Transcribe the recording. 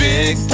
Big